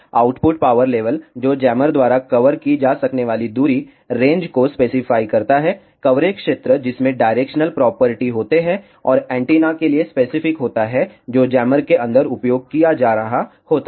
output power level जो jammer द्वारा cover की जा सकने वाली दूरी रेंज को स्पेसिफाई करता है कवरेज क्षेत्र जिसमें डायरेक्शनल प्रॉपर्टी होते हैं और एंटीना के लिए स्पेसिफिक होता है जो जैमर के अंदर उपयोग किया जा रहा होता है